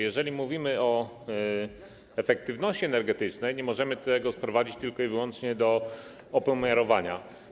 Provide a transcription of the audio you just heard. Jeżeli mówimy o efektywności energetycznej, nie możemy tego sprowadzić tylko i wyłącznie do opomiarowania.